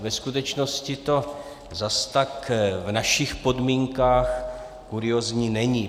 Ve skutečnosti to zas tak v našich podmínkách kuriózní není.